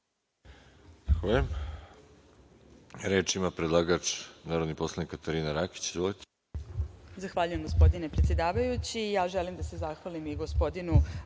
Reč ima predlagač, Katarina Rakić. **Katarina Rakić** Zahvaljujem gospodine predsedavajući. Ja želim da se zahvalim i gospodinu